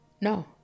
No